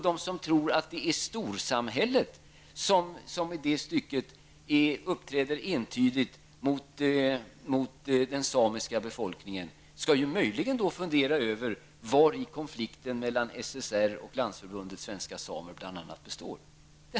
De som tror att det är storsamhället som i det avseendet uppträder entydigt mot den samiska befolkningen skall möjligen fundera över vari konflikten mellan SSR och LSS egentligen består.